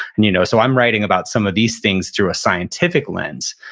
and you know so i'm writing about some of these things through a scientific lens,